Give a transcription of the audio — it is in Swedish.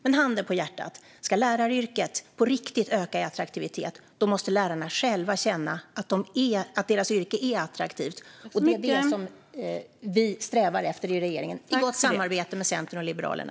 Men handen på hjärtat, ska läraryrket på riktigt öka i attraktivitet måste lärarna själva känna att deras yrke är attraktivt. Det är vad vi strävar efter i regeringen, i gott samarbete med Centern och Liberalerna.